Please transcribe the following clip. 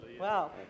wow